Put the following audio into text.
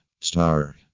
Star